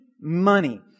money